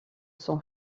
son